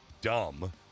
dumb